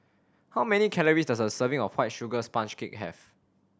how many calories does a serving of White Sugar Sponge Cake have